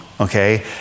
okay